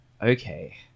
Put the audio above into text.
okay